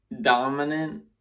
dominant